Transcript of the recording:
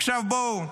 עכשיו, בואו: